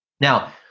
Now